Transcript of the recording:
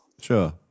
Sure